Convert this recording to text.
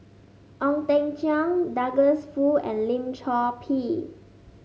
Ong Teng Cheong Douglas Foo and Lim Chor Pee